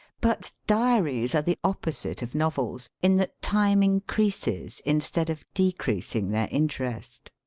but diaries are the opposite of novels, in that time increases instead of decreasing their interest.